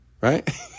Right